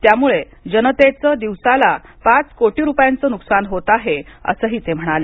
त्यामुळे जनतेचं दिवसाला पाच कोटी रुपयांचं नुकसान होत आहे असं ते म्हणाले